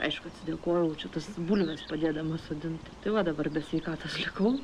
aišku atsidėkojau čia tas bulves padėdama sodinti tai va dabar be sveikatos likau